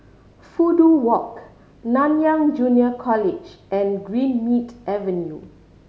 Fudu Walk Nanyang Junior College and Greenmead Avenue